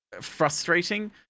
frustrating